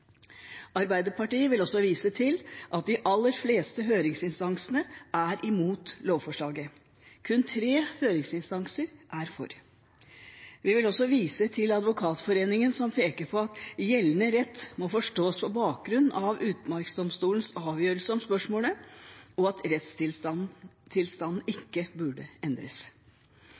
Arbeiderpartiet vil også vise til at de aller fleste høringsinstansene er imot lovforslaget. Kun tre høringsinstanser er for. Vi vil også vise til Advokatforeningen som peker på at gjeldende rett må forstås på bakgrunn av Utmarksdomstolens avgjørelse om spørsmålet, og at rettstilstanden ikke burde endres.